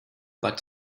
but